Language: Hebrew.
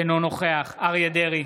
אינו נוכח אריה מכלוף דרעי,